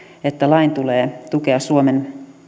että lain tulee tukea suomen